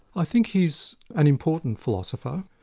i think he's an important philosopher.